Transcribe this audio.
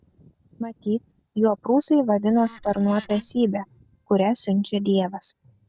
matyt juo prūsai vadino sparnuotą esybę kurią siunčia dievas